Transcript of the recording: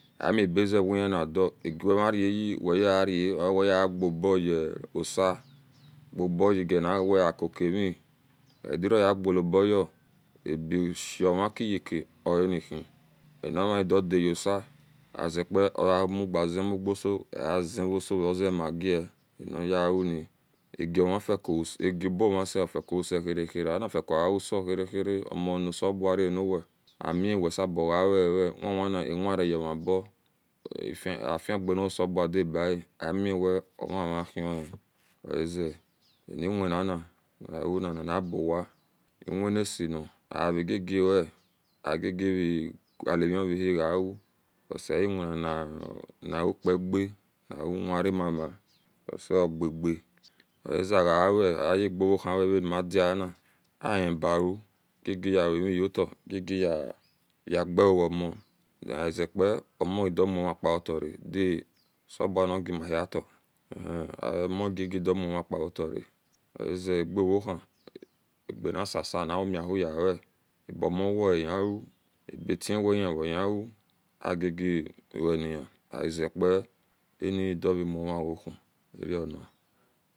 Amiebeze uwehiyeda aguwehia raye weyera weyera weyeubo yesia uobo nihiganiwia acocohi ogagera gcalobaye aebesho maikeyeka ohinehe onara a hidodedeyose azepa oga muae ze udmudosao ehize rosozemagre agamanafico agaoboma se ofiacouse heria heria anafi kuase heria heria monosa obua raniwa amiwe sabo are re wini wini awireaemaba afiu ga nagaselebua diabae amiwe omuhihun oaze anwinana nima una ninabuwao ewinnaseni aregagewe ave gagie hulamivhiyea because ewina nau eiwinaupaga nauwira mama because egaga ozeaga we aye rohun yewae reni madiana ahibau jiejie yewamiyota jie jie yewagaogaomo wegazepa omo damuma paretoo radi oselebua nagamahita. Omogagidomumapahitara oaze aga reohi nganisa sa naremi huyewe abomoye oave hu natwe weihire hiu agagie weniye aizepa anddure murn gohu ero ni